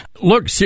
Look